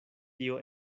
tio